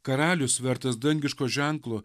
karalius vertas dangiško ženklo